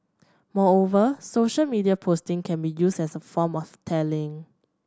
moreover social media posting can be used as a form of tallying